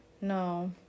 No